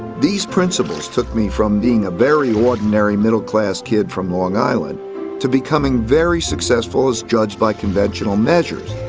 these principles took me from being a very ordinary middle class kid from long island to becoming very successful as judged by conventional measures.